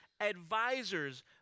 advisors